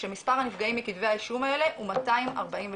כשמשפר הנפגעים מכתבי האישום האלה הוא 243,